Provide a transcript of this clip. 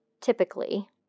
Typically